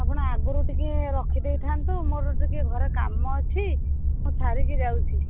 ଆପଣ ଆଗରୁ ଟିକେ ରଖି ଦେଇଥାନ୍ତୁ ମୋର ଟିକେ ଘରେ କାମ ଅଛି ମୁଁ ସାରିକି ଯାଉଛି